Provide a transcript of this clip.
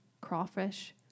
crawfish